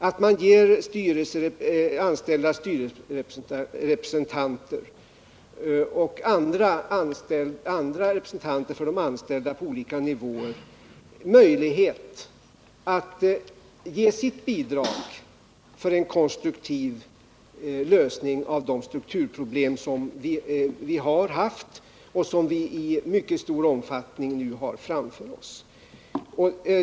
Det är också angeläget att ge de anställdas styrelserepresentanter och andra representanter på olika nivåer möjlighet att lämna sitt bidrag till en konstruktiv lösning av de strukturproblem som vi har haft och som vi i mycket stor omfattning har framför oss.